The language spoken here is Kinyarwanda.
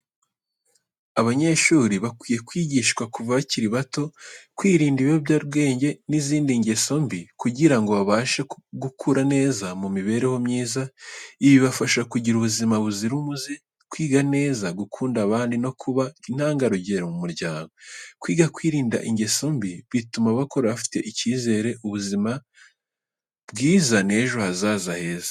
Abanyeshuri bakwiye kwigishwa kuva bakiri bato, kwirinda ibiyobyabwenge n’izindi ngeso mbi kugira ngo babashe gukura neza mu mibereho myiza. Ibi bibafasha kugira ubuzima buzira umuze, kwiga neza, gukunda abandi no kuba intangarugero mu muryango. Kwiga kwirinda ingeso mbi bituma bakura bafite icyizere, ubuzima bwiza n’ejo hazaza heza.